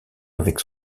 avec